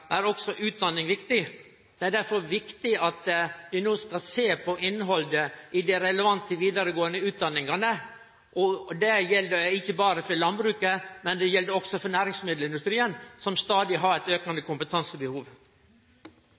er utdanning viktig. Det er derfor viktig at vi no ser på innhaldet i dei relevante vidaregåande utdanningane. Dette gjeld ikkje berre for landbruket, det gjeld også for næringsmiddelindustrien, som stadig har eit aukande kompetansebehov.